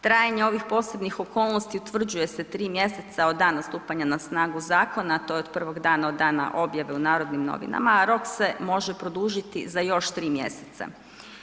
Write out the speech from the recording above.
Trajanje ovih posebnih okolnosti utvrđuje se 3 mjeseca od dana stupanja na snagu zakona, to je od 1. dana od dana objave u Narodnim novinama, a rok se može produžiti za još 3 mjeseca.